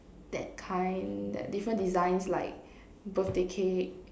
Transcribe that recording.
that kind that different designs like birthday cake